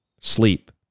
Sleep